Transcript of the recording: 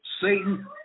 Satan